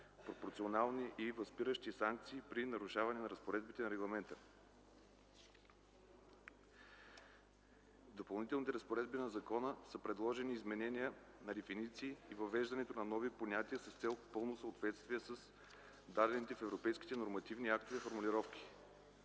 пропорционални и възпиращи санкции при нарушаване разпоредбите на регламента. В Допълнителните разпоредби на закона са предложени изменения на дефиниции и въвеждането и на нови понятия, с цел пълно съответствие с дадените в европейските нормативни актове формулировки.